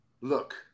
Look